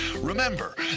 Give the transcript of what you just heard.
Remember